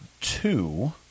two